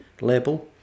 label